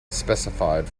specified